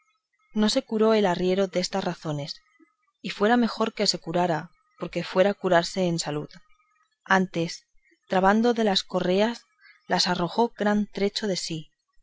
no se curó el arriero destas razones y fuera mejor que se curara porque fuera curarse en salud antes trabando de las correas las arrojó gran trecho de sí